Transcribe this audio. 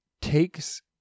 takes